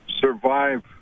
survive